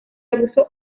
abuso